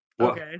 okay